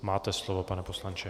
Máte slovo, pane poslanče.